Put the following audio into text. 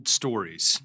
stories